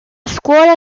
scuola